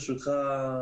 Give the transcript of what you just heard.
ברשותך,